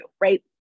right